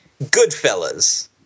Goodfellas